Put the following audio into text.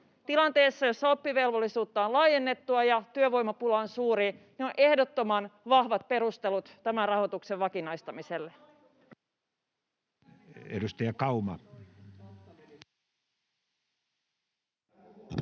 Tilanteessa, jossa oppivelvollisuutta on laajennettu ja työvoimapula on suuri, on ehdottoman vahvat perustelut tämän rahoituksen vakinaistamiselle. [Sari Sarkomaa: